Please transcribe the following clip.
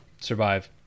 survive